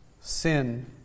sin